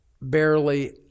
barely